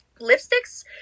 lipsticks